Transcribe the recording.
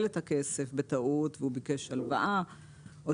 את הכסף בטעותו והוא ביקש הלוואה או